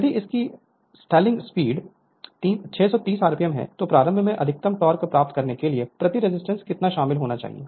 यदि इसकी stalling speed 630 RPM है तो प्रारंभ में अधिकतम टॉर्क प्राप्त करने के लिए प्रति रजिस्टेंस कितना शामिल होना चाहिए